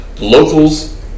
Locals